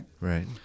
Right